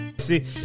See